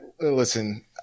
listen